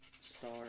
Star